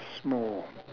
small